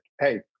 hey